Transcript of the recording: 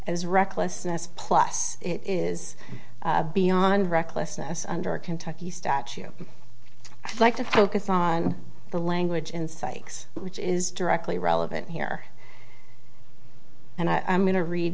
as recklessness plus it is beyond recklessness under a kentucky statue i'd like to focus on the language in sikes which is directly relevant here and i'm going to read